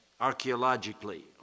archaeologically